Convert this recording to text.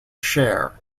share